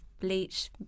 bleach